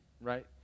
right